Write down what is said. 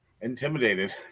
intimidated